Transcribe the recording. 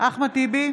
אחמד טיבי,